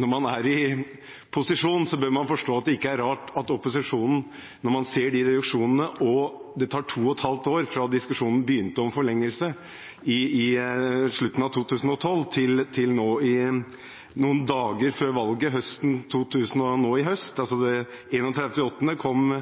når man er i posisjon, forstå opposisjonen, når man ser disse reduksjonene og det tar 2,5 år fra diskusjonen begynte om forlengelse, fra slutten av 2012 til noen dager før valget nå i høst. 31. august kom